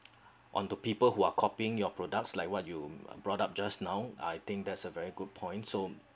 on the people who are copying your products like what you brought up just now I think there's a very good point so